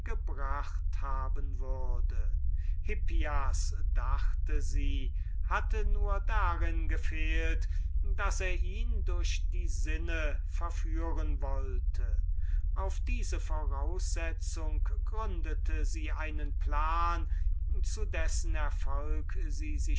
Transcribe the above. gebracht haben würde hippias dachte sie hatte nur darin gefehlt daß er ihn durch die sinnen verführen wollte auf diese voraussetzung machte sie einen plan über den sie